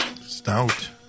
Stout